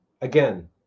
Again